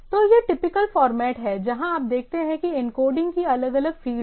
तो यह typical format है जहाँ आप देखते हैं कि इनकोडिंग की अलग अलग फील्ड हैं